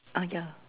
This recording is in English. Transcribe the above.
ah ya